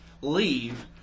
leave